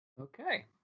Okay